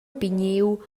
pigniu